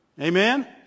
Amen